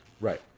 Right